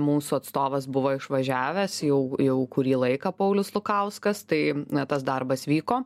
mūsų atstovas buvo išvažiavęs jau jau kurį laiką paulius lukauskas tai tas darbas vyko